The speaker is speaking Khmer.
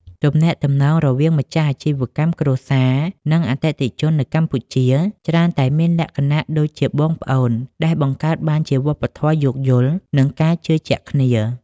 ទំនាក់ទំនងរវាងម្ចាស់អាជីវកម្មគ្រួសារ និងអតិថិជននៅកម្ពុជា ច្រើនតែមានលក្ខណៈដូចជាបងប្អូន ដែលបង្កើតបានជាវប្បធម៌យោគយល់ និងការជឿជាក់គ្នា។